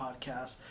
podcast